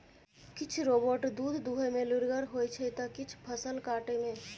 किछ रोबोट दुध दुहय मे लुरिगर होइ छै त किछ फसल काटय मे